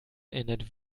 ernährt